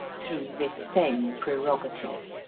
through this same prerogative.